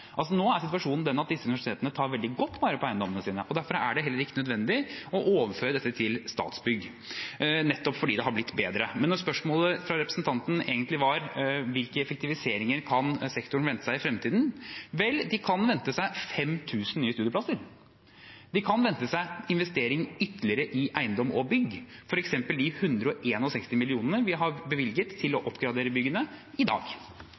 nå. Nå er situasjonen den at disse universitetene tar veldig godt vare på eiendommene sine. Derfor er det heller ikke nødvendig å overføre dette til Statsbygg – nettopp fordi det er blitt bedre. Spørsmålet fra representanten var hvilke effektiviseringer sektoren kan vente seg i fremtiden. Vel, de kan vente seg 5 000 nye studieplasser, og de kan vente seg ytterligere investeringer i eiendom og bygg, f.eks. de 161 mill. kr vi i dag har bevilget til å